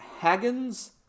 Haggins